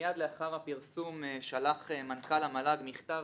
מייד לאחר הפרסום שלח מנכ"ל המל"ג מכתב